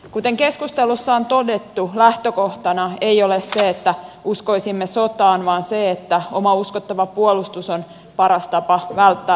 kuten keskustelussa on todettu lähtökohtana ei ole se että uskoisimme sotaan vaan se että oma uskottava puolustus on paras tapa välttää sota